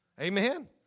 Amen